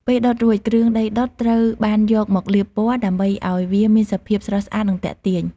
ពេលដុតរួច គ្រឿងដីដុតត្រូវបានយកមក លាបពណ៌ ដើម្បីឲ្យវាមានសភាពស្រស់ស្អាតនិងទាក់ទាញ។